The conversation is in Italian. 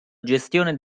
gestione